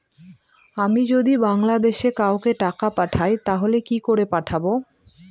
আমি যদি বাংলাদেশে কাউকে টাকা পাঠাই তাহলে কি করে পাঠাবো?